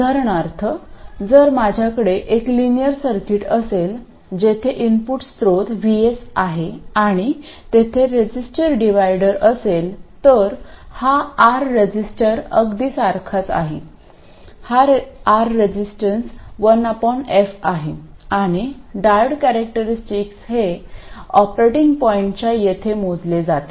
उदाहरणार्थ जर माझ्याकडे एक लिनियर सर्किट असेल जेथे इनपुट स्त्रोत VS आहे आणि तेथे रजिस्टर डिव्हायडर असेल तर हा R रजिस्टर अगदी सारखाच आहे हा R रेजिस्टन्स 1f आहे आणि डायोड कॅरेक्टरिस्टिक हे ऑपरेटिंग पॉईंटच्या येथे मोजले जाते